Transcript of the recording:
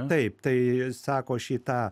taip tai sako šį tą